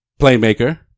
Playmaker